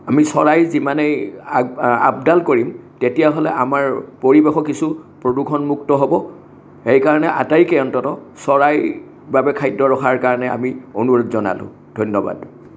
আমি চৰাই যিমানেই আপডাল কৰিম তেতিয়াহ'লে আমাৰ পৰিৱেশো কিছু প্ৰদূষণমুক্ত হ'ব সেইকাৰণে আটাইকে অন্ততঃ চৰাইৰ বাবে খাদ্য ৰখাৰ কাৰণে আমি অনুৰোধ জনালোঁ ধন্যবাদ